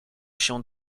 się